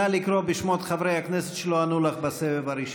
נא לקרוא בשמות חברי הכנסת שלא ענו לך בסבב הראשון.